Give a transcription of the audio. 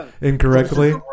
incorrectly